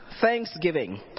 Thanksgiving